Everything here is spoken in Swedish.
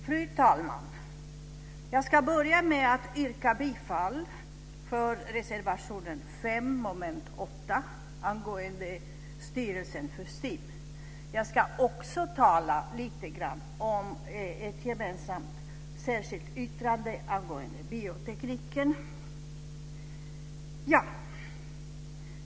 Fru talman! Jag ska börja med att yrka bifall till reservation 5 under mom. 8 angående styrelsen för STIM. Jag ska också tala lite grann om ett gemensamt särskilt yttrande om biotekniken.